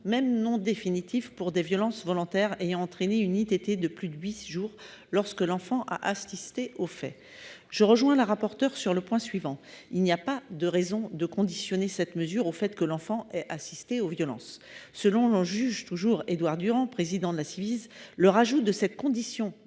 même non définitive, pour des violences volontaires ayant entraîné une ITT de plus de huit jours, lorsque l'enfant a assisté aux faits. Je partage l'avis de Mme la rapporteure sur le point suivant : rien ne justifie de conditionner cette mesure au fait que l'enfant ait assisté aux violences. Selon le juge Édouard Durand, président de la Ciivise, l'ajout de cette condition